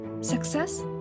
success